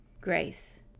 Grace